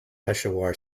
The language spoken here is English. peshawar